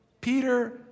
Peter